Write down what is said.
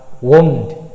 wound